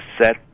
set